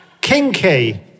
Kinky